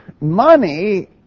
money